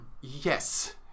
Yes